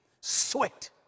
Sweat